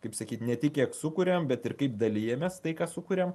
kaip sakyt ne tik kiek sukuriam bet ir kaip dalijamės tai ką sukuriam